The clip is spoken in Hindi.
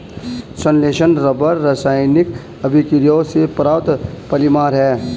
संश्लेषित रबर रासायनिक अभिक्रियाओं से प्राप्त पॉलिमर है